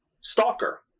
Stalker